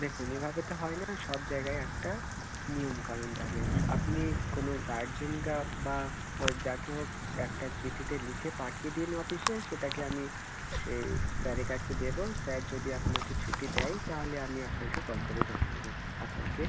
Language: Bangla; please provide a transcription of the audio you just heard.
দেখুন এভাবে তো হয় না সব জায়গায় একটা নিয়ম কানুন থাকে আপনি কোনো গার্জেন বা যাকে হোক একটা চিঠিতে লিখে পাঠিয়ে দিন অফিসে সেটাকে আমি স্যারের কাছে দেবো স্যার যদি আপনাকে ছুটি দেয় তাহলে আমি আপনাকে কল করে জানিয়ে দেবো আপনাকে